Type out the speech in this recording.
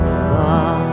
far